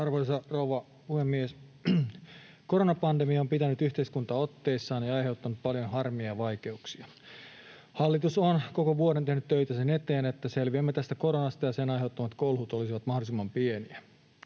Arvoisa rouva puhemies! Koronapandemia on pitänyt yhteiskuntaa otteessaan ja aiheuttanut paljon harmia ja vaikeuksia. Hallitus on koko vuoden tehnyt töitä sen eteen, että selviämme tästä koronasta ja että sen aiheuttamat kolhut olisivat mahdollisimman pieniä.